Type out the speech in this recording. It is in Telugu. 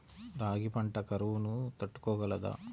రాగి పంట కరువును తట్టుకోగలదా?